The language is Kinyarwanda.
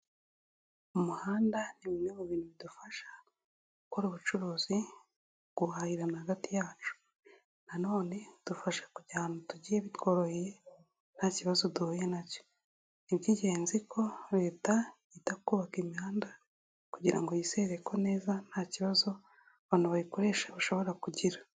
Umuhanda ni bimwe mu bintu bidufasha gukora ubucuruzi, guhahirana hagati yacu, nanone udufasha kujya ahantu tugiye bitworoheye nta kibazo duhuye na cyo, ni iby'ingenzi ko Leta yita kubaka imihanda kugira ngo yizere ko neza nta kibazo abantu bayikoresha bashobora kugira.